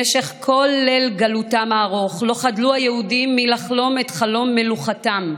במשך כל ליל גלותם הארוך לא חדלו היהודים מלחלום את חלום מלוכתם.